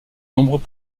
nombreux